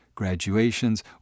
graduations